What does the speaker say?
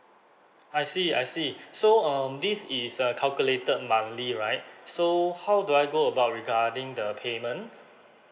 I see I see so um this is uh calculated monthly right so how do I go about regarding the payment